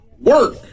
work